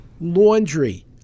Laundry